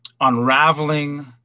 unraveling